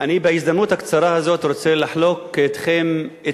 אני בהזדמנות הקצרה הזאת רוצה לחלוק אתכם את